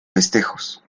festejos